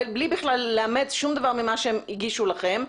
בלי בכלל לאמץ שום דבר ממה שהם הגישו לכם.